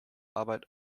arbeit